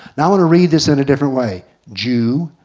now i want to read this in a different way jew,